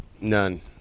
None